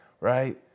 right